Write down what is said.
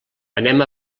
anem